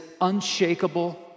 unshakable